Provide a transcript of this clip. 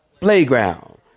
playground